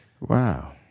Wow